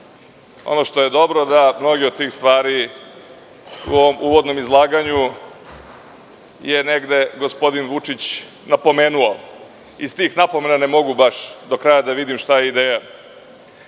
Ono što je dobro je da mnoge od tih stvari u uvodnom izlaganju je negde gospodin Vučić napomenuo. Iz tih napomena ne mogu da vidim šta je